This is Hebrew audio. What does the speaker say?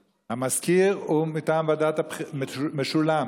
המזכיר הוא מטעם ועדת הבחירות, משולם.